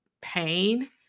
pain